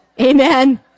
Amen